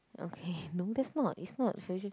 okay no that's not it's not <UNK